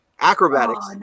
acrobatics